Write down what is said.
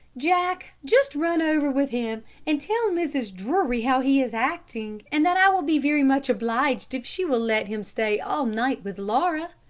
jack, just run over with him, and tell mrs. drury how he is acting, and that i will be very much obliged if she will let him stay all night with laura.